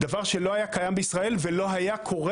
דבר שלא היה קיים בישראל ולא היה קורה